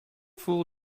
fool